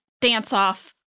dance-off